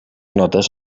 notes